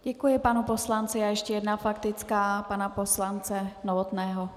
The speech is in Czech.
Děkuji panu poslanci a ještě jedna faktická pana poslance Novotného.